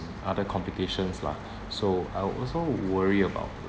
other complications lah so I also worry about